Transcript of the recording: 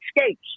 escapes